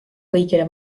kõigile